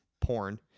porn